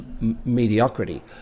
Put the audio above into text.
mediocrity